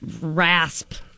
rasp